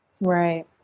Right